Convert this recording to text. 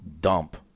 dump